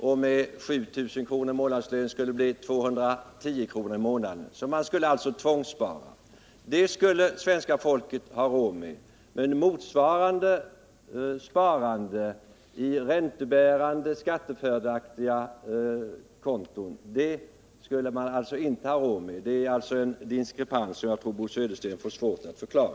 i månaden på en månadslön på 7 000 kr. Dessa belopp skulle alltså tvångssparas. Det skulle svenska folket ha råd med, men motsvarande sparande på räntebärande och skattefördelaktiga konton skulle man alltså inte ha råd med. Det är en diskrepans som jag tror att Bo Södersten får svårt att förklara.